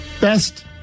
best